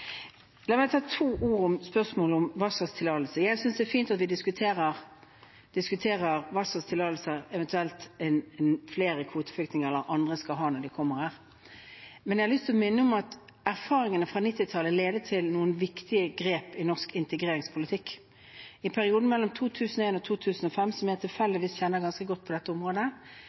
La meg si to ord om spørsmålet om hva slags tillatelse. Jeg synes det er fint at vi diskuterer hva slags tillatelse eventuelt flere kvoteflyktninger eller andre skal ha når de kommer hit. Men jeg har lyst til å minne om at erfaringene fra 1990-tallet ledet til noen viktige grep i norsk integreringspolitikk. I perioden mellom 2001 og 2005, som jeg